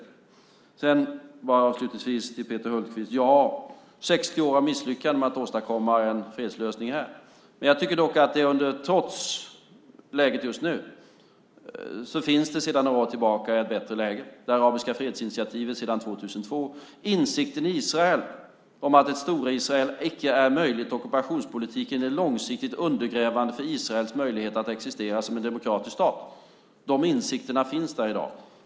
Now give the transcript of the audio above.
Avslutningsvis vill jag säga till Peter Hultqvist att ja, vi har 60 år av misslyckanden när det gäller att åstadkomma en fredslösning. Jag tycker dock, trots läget just nu, att det sedan några år tillbaka är ett bättre läge. Vi har det arabiska fredsinitiativet sedan 2002. Vi har insikten i Israel om att ett Stor-Israel inte är möjligt och att ockupationspolitiken är långsiktigt undergrävande för Israels möjlighet att existera som en demokratisk stat. Dessa insikter finns där i dag.